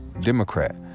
Democrat